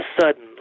sudden